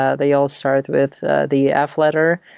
ah they all start with the f letter.